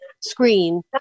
screen